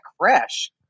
crash